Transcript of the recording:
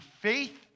faith